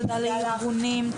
תודה לארגונים,